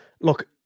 look